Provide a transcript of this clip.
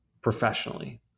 professionally